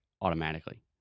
automatically